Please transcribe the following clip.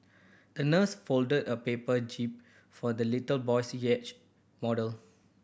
the nurse folded a paper jib for the little boy's yacht model